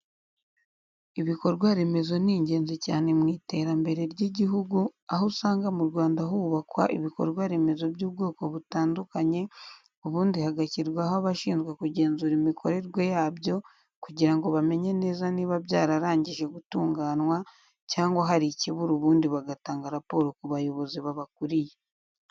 Ibikorwa remezo ni ingenzi cyane mu iterambere ry'igihugu, aho usanga mu Rwanda hubakwa ibikorwa remezo by'ubwoko butandukanye ubundi hagashyirwaho abashinzwe kugenzura imikorerwe yabyo kugira ngo bamenye neza niba byararangije gutunganwa cyangwa hari ikibura ubundi bagatanga raporo ku bayobozi babakuriye.